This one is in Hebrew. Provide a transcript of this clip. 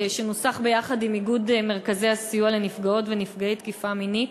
שנוסח ביחד עם איגוד מרכזי הסיוע לנפגעות ולנפגעי תקיפה מינית,